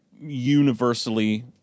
universally